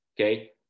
okay